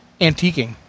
Antiquing